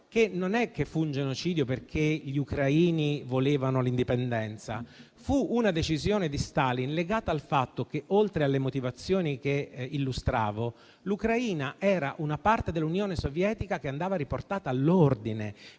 che non fu un genocidio perché gli ucraini volevano l'indipendenza, ma fu una decisione di Stalin legata al fatto che, oltre alle motivazioni illustrate, l'Ucraina era una parte dell'Unione Sovietica che andava riportata all'ordine;